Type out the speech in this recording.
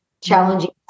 challenging